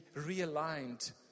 realigned